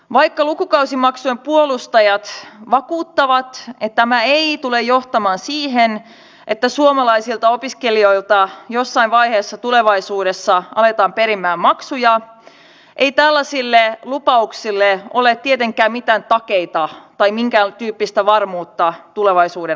vaikka lukukausimaksujen puolustajat vakuuttavat että tämä ei tule johtamaan siihen että suomalaisilta opiskelijoilta jossain vaiheessa tulevaisuudessa aletaan perimään maksuja ei tällaisille lupauksille ole tietenkään mitään takeita tai tästä minkääntyyppistä varmuutta tulevaisuuden osalta